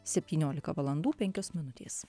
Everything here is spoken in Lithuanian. septyniolika valandų penkios minutės